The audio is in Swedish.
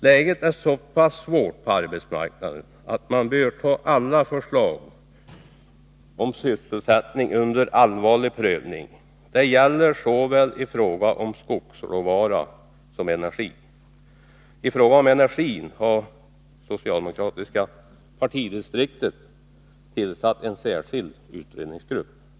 Läget är så pass svårt på arbetsmarknaden att man bör ta alla förslag till sysselsättning under allvarlig prövning. Detta gäller såväl i fråga om skogsråvara som i fråga om energi. Beträffande energin har det socialdemokratiska partidistriktet tillsatt en särskild utredningsgrupp. Herr talman!